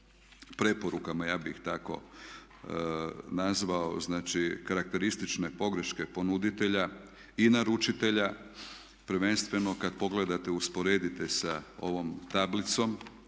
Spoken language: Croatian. preporukama ja bi ih tako nazvao, znači karakteristične pogreške ponuditelja i naručitelja prvenstveno kada pogledate i usporedite sa ovom tablicom